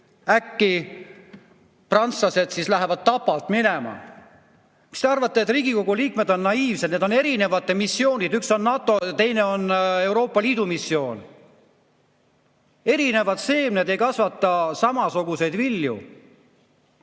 äkki prantslased lähevad muidu Tapalt minema. Mis te arvate, et Riigikogu liikmed on naiivsed? Need on erinevad missioonid, üks on NATO ja teine on Euroopa Liidu missioon. Erinevad seemned ei kasvata samasuguseid vilju.